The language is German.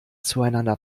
zueinander